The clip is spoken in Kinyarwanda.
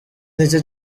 nicyo